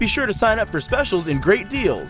be sure to sign up for specials in great deal